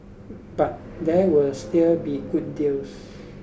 but there will still be good deals